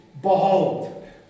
Behold